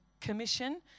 commission